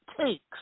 takes